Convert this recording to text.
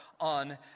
on